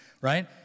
right